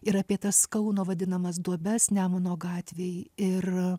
ir apie tas kauno vadinamas duobes nemuno gatvėj ir